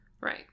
right